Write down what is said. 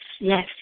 yes